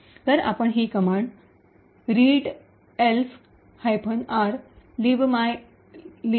तर आपण ही कमांड रीडएल्फ आर लिबमाइलीब